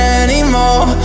anymore